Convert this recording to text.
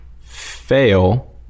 fail